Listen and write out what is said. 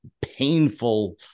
painful